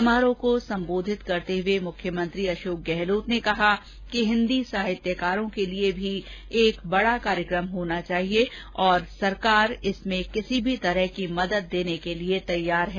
समारोह को संबोधित करते हुए मुख्यमंत्री अशोक गहलोत ने कहा कि हिन्दी साहित्यकारों के लिए भी एक बड़ा कार्यकम होना चाहिए और सरकार इसमें किसी भी तरह की मदद के लिए तैयार है